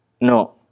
No